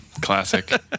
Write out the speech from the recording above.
classic